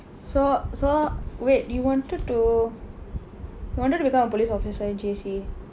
so so wait you wanted to you wanted to become a police officer in J_C